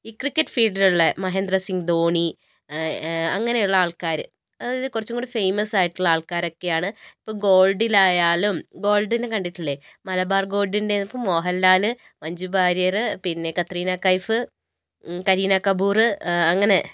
ഈ ക്രിക്കറ്റ് ഫീൽഡിലുള്ള മഹേന്ദ്ര സിംഗ് ധോണി അങ്ങനെയുള്ള ആൾക്കാർ അതായാത് കുറച്ചും കൂടെ ഫേമസായിട്ടുള്ള ആൾക്കാരൊക്കെയാണ് ഇപ്പോൾ ഗോൾഡിലായാലും ഗോൾഡിനെ കണ്ടിട്ടില്ലേ മലബാർ ഗോഡിൻ്റെ മോഹൻലാൽ മഞ്ജു വാര്യർ പിന്നെ കത്രീന കൈഫ് കരീന കപൂറ് അങ്ങനെ